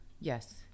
Yes